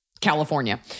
California